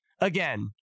again